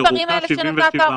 איפה המספרים של 400 שנתת?